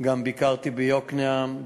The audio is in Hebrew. גם ביקרתי ביוקנעם,